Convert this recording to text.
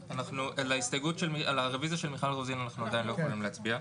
על הרוויזיות של מיכל רוזין אנחנו עדיין לא יכולים להצביע.